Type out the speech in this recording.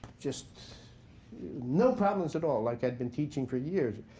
just no problems at all, like i'd been teaching for years.